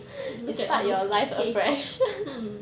look at all those K pop hmm